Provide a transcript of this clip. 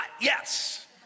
yes